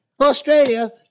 Australia